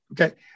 okay